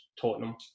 Tottenham